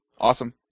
Awesome